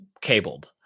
cabled